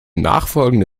nachfolgende